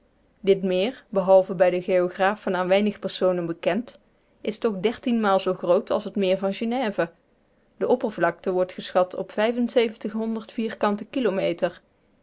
dit meer behalve bij de geographen aan weinig personen bekend is toch dertienmaal zoo groot als het meer van genève de oppervlakte wordt geschat op kilometer